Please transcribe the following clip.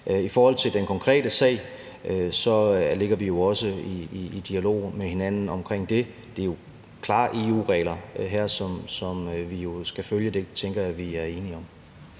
I forhold til den konkrete sag er vi også i dialog med hinanden om det. Der er jo klare EU-regler her, som vi skal følge. Det tænker jeg vi er enige om.